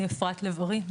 אני אפרת לב ארי,